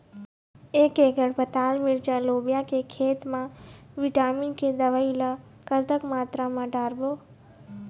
एक एकड़ पताल मिरचा लोबिया के खेत मा विटामिन के दवई ला कतक मात्रा म डारबो?